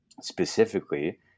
specifically